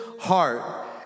heart